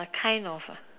a kind of